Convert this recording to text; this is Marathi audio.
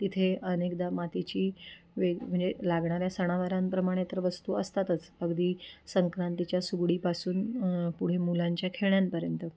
तिथे अनेकदा मातीची वेग म्हणजे लागणाऱ्या सणावारांप्रमाणे तर वस्तू असतातच अगदी संक्रांतीच्या सुगडीपासून पुढे मुलांच्या खेळांपर्यंत